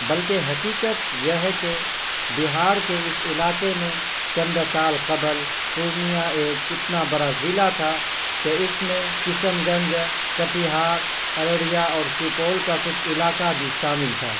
بلکہ حقیقت یہ ہے کہ بہار کے اس علاقے میں چند سال قبل پورنیہ ایک اتنا بڑا ضلع تھا کہ اس میں کشن گنج کٹیہار ارڑیہ اور سپول کا کچھ علاقہ بھی شامل تھا